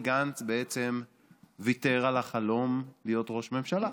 גנץ בעצם ויתר על החלום להיות ראש ממשלה?